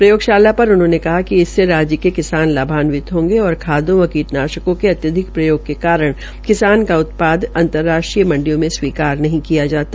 प्रयोगशाला पर उन्होंने कहा कि इससे राज्य के किसान लाभान्वित होंगे और खादों व कीटनाशकों के अत्याधिक प्रयोग के कारण किसान का उत्पादन अंतर्राष्ट्रीय मंडियों में स्वीकार नहीं किया जाता